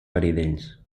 garidells